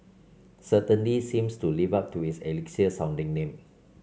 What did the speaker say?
certainly seems to live up to its elixir sounding name